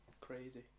Crazy